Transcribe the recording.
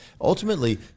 ultimately